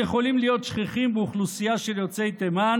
יכולים להיות שכיחים באוכלוסייה של יוצאי תימן